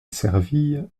serville